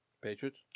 Patriots